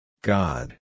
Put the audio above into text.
God